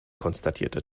konstatierte